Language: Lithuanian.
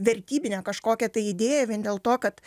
vertybinę kažkokią tai idėją vien dėl to kad